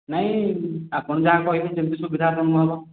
ନାଇଁ ଆପଣ ଯାହା କହିବେ ଯେମିତି ସୁବିଧା ଆପଣଙ୍କୁ ହେବ